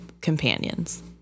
companions